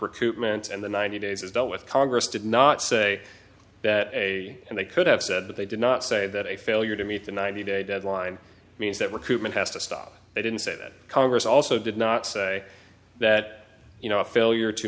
recruitment and the ninety days is dealt with congress did not say that a and they could have said that they did not say that a failure to meet the ninety day deadline means that we're koopman has to stop i didn't say that congress also did not say that you know a failure to